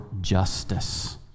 justice